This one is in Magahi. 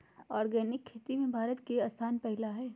आर्गेनिक खेती में भारत के स्थान पहिला हइ